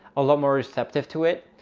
a lot more receptive to it.